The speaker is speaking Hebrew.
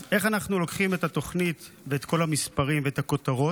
אז איך אנחנו לוקחים את התוכנית ואת כל המספרים והכותרות